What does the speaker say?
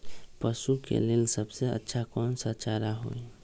पशु के लेल सबसे अच्छा कौन सा चारा होई?